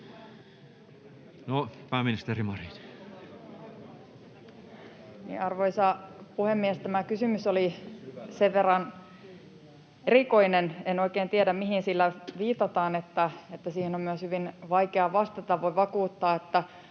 Content: Arvoisa puhemies! Tämä kysymys oli sen verran erikoinen — en oikein tiedä, mihin sillä viitataan — että siihen on myös hyvin vaikea vastata. Voin vakuuttaa, että